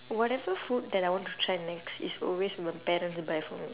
whatever food that I want to try next is always my parent will buy for me